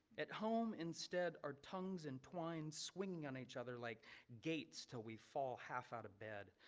at home instead, our tongue entwined swinging on each other like gates till we fall half out of bed.